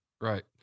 right